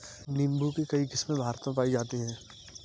नीम्बू की कई किस्मे भारत में पाई जाती है